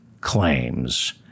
claims